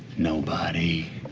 nobody,